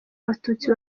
abatutsi